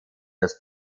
das